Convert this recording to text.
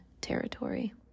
territory